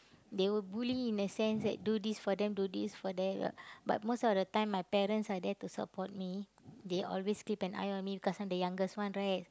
they will bully in a sense that do this for them do this for them but most of the time my parents are there to support me they always keep an eye on me because I'm the youngest one right